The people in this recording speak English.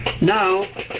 Now